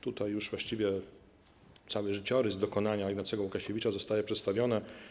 Tutaj już właściwie cały życiorys i dokonania Ignacego Łukasiewicza zostały przedstawione.